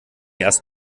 erst